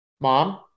Mom